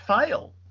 fail